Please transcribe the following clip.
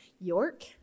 York